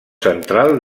central